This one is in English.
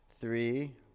Three